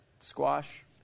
squash